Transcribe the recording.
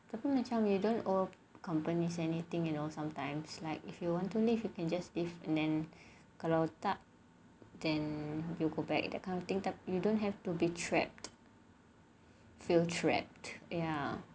tapi macam you don't owe companies anything you know sometimes like if you want to leave you can just leave then kalau tak then we'll go back that kind of thing that you don't have to be trapped feel trapped ya